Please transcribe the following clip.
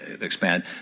expand